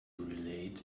relate